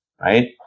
right